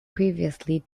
previously